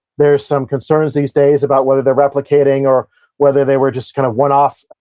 there are some concerns these days about whether they're replicating or whether they were just kind of one off,